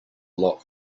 lot